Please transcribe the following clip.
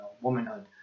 womanhood